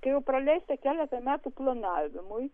kai jau praleisite keletą metų planavimui